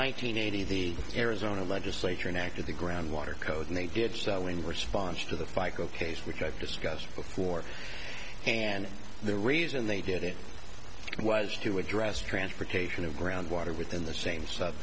hundred eighty the arizona legislature enacted the groundwater code and they did so in response to the fica case which i've discussed before and the reason they did it was to address transportation of groundwater within the same s